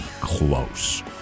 close